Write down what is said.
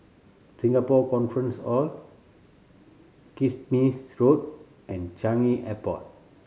Singapore Conference Hall Kismis Road and Changi Airport